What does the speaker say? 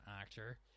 actor